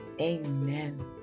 amen